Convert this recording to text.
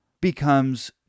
becomes